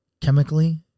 chemically